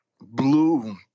Blue